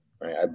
right